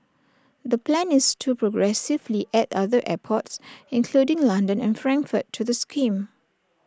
the plan is to progressively add other airports including London and Frankfurt to the scheme